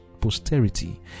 posterity